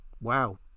wow